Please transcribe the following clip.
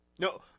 No